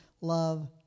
Love